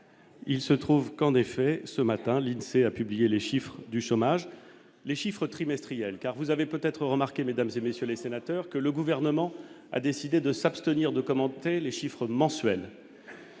il se trouve qu'en effet ce matin l'INSEE a publié les chiffres du chômage : les chiffres trimestriels car vous avez peut-être remarqué, mesdames et messieurs les sénateurs, que le gouvernement a décidé de s'abstenir de commenter les chiffres mensuels